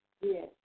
Yes